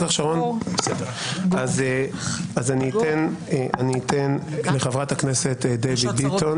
אני אתן לחברת הכנסת דבי ביטון.